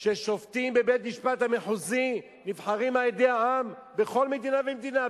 ששופטים בבית-המשפט המחוזי נבחרים בהן על-ידי העם בכל מדינה ומדינה.